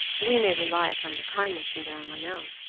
we may rely upon your kindness, madame, i know,